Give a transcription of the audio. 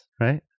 right